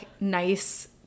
nice